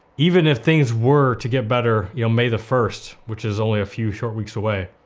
even if things were to get better you know may the first, which is only a few short weeks away,